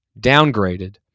downgraded